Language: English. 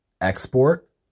export